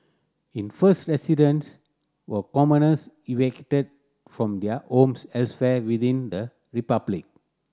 in first residents were commoners evicted from their homes elsewhere within the republic